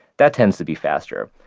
that tends to be faster.